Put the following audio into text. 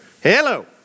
Hello